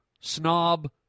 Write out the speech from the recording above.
snob